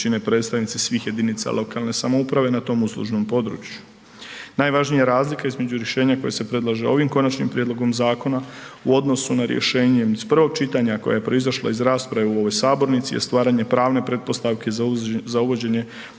predstavnici svih jedinica lokalne samouprave na tom uslužnom području. Najvažnija razlika između rješenja koje se predlaže ovim Konačnim prijedlogom zakona u odnosu na rješenje iz prvog čitanja koje je proizašlo iz rasprave u ovoj sabornici, je stvaranje pravne pretpostavke za uvođenje